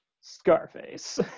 Scarface